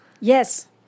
Yes